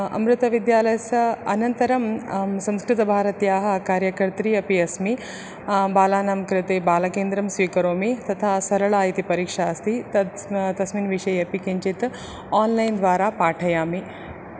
अमृतविद्यालयस्य अनन्तरं अहं संस्कृतभारत्याः कार्यकर्त्री अपि अस्मि बालानां कृते बालकेन्द्रं स्वीकरोमि तथा सरला इति परीक्षा अस्ति तत् तस्मिन् विषये अपि किञ्चित् आन्लैन् द्वारा पाठयामि